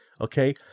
okay